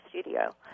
studio